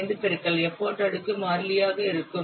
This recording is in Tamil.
5 பெருக்கல் எப்போட் அடுக்கு மாறிலியாக இருக்கும்